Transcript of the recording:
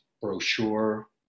brochure